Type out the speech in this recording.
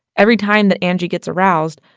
every time that angie gets aroused,